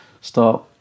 start